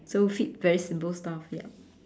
so feed very simple stuff yup